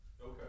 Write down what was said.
Okay